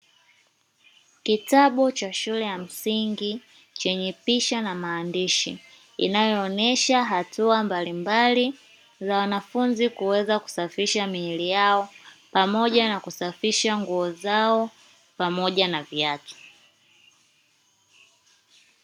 Kitabu cha shule ya msingi chenye picha na maandishi; inayoonyesha hatua mbalimbali za wanafunzi kuweza kusafisha miili yao, pamoja na kusafisha nguo zao, pamoja na viatu.